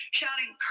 shouting